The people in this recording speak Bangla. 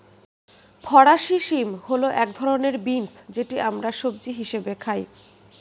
ফরাসি শিম হল এক ধরনের বিন্স যেটি আমরা সবজি হিসেবে খাই